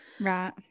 Right